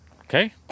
Okay